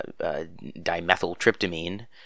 dimethyltryptamine